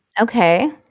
Okay